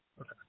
Okay